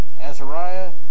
Azariah